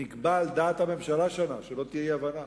השנה נקבעה על דעת הממשלה, שלא תהיה אי-הבנה,